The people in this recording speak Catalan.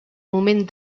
moment